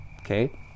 Okay